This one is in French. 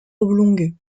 oblongues